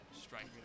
strike